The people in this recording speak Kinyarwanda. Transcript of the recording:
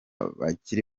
bakiri